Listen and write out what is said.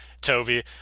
Toby